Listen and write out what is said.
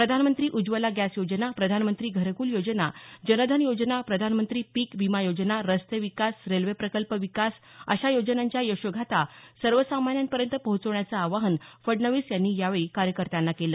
प्रधानमंत्री उज्ज्वला गॅस योजना प्रधानमंत्री घरकुल योजना जनधन योजना प्रधानमंत्री पीक विमा योजना रस्ते विकास रेल्वे प्रकल्प विकास अशा योजनांच्या यशोगाथा सर्वसामान्यापर्यंत पोचवण्याचं आवाहन फडणवीस यांनी यावेळी कार्यकर्त्यांना केलं